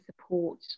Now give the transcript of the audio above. support